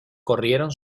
corrieron